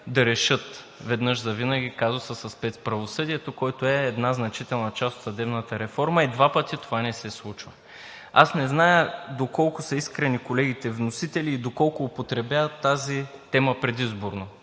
да решат веднъж завинаги казуса със спецправосъдието, който е значителна част от съдебната реформа, и два пъти това не се случва. Аз не зная доколко са искрени колегите вносители и доколко употребяват тази тема предизборно?!